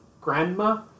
Grandma